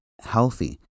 healthy